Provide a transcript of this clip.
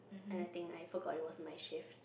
and I think I forgot it was my shift